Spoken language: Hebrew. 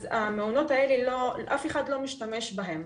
אז אף אחד לא משתמש בהם.